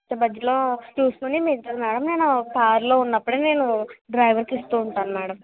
చూసుకుని నేను కారు లో ఉన్నపుడే నేను డ్రైవర్ కి ఇస్తూ ఉంటాను మ్యాడం